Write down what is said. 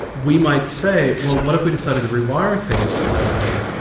we might say, well what if we decided to rewire things slightly?